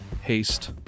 Haste